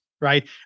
right